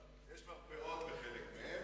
יש מרפאות בחלק מהם.